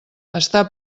està